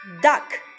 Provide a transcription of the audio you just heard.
duck